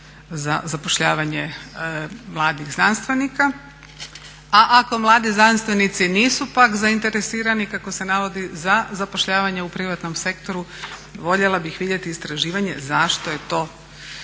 za zapošljavanje mladih znanstvenika? A ako mladi znanstvenici nisu pak zainteresirani kako se navodi za zapošljavanje u privatnom sektoru voljela bih vidjeti istraživanje zašto je to tako